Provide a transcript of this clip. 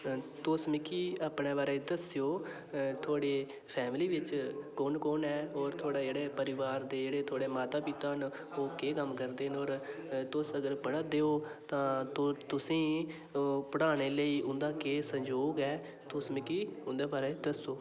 तुस मिगी अपने बारै ई दस्सेओ थुहाड़ी फैमिली बिच कु'न कु'न ऐ थुहाड़े जेह्ड़े परिवार दे थुहाड़े जेह्ड़े माता पिता न ओह् केह् कम्म करदे न ते नुहाड़ा तुस अगर पढ़ा दे ओ तां तुसें ई पढ़ाने आह्ले ई उं'दा केह् संजोग ऐ तुस मिगी उं'दे बारै ई दस्सो